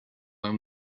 him